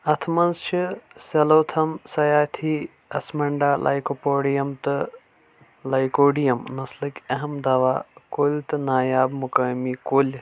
اَتھ منٛز چھِ سَیلوتھَم سَیاتھی اسمنڑا لیکوپوڑیَم تہٕ لیکوڈِیَم نسلٕکۍ اَہَم دوا کُلۍ تہٕ نایاب مُقٲمی کُلۍ تہِ